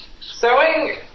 sewing